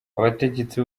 abategetsi